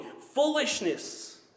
foolishness